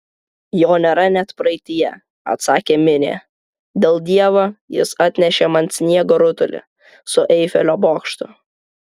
jo nėra net praeityje atsakė minė dėl dievo jis atnešė man sniego rutulį su eifelio bokštu